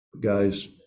Guys